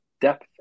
depth